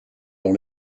dans